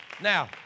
Now